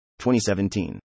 2017